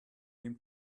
him